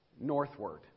northward